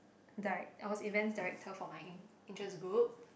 direct I was event director for my interest group